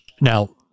now